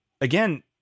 again